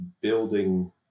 building